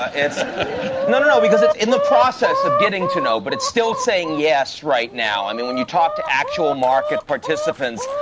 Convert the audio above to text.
ah it's no, no, no, because it's in the process of getting to, no, but it's still saying, yes, right now. i mean, when you talk to actual market participants,